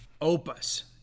opus